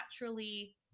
naturally